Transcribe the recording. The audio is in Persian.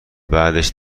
بعدش